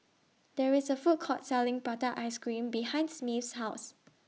There IS A Food Court Selling Prata Ice Cream behind Smith's House